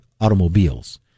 automobiles